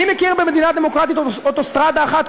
אני מכיר במדינה דמוקרטית אוטוסטרדה אחת,